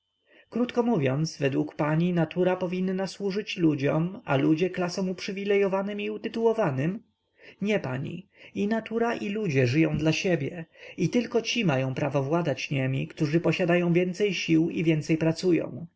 krótko mówiąc według pani natura powinna służyć ludziom a ludzie klasom uprzywilejowanym i utytułowanym nie pani i natura i ludzie żyją dla siebie i tylko ci mają prawo władać niemi którzy posiadają więcej sił i więcej pracują